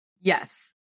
Yes